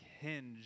hinge